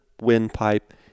windpipe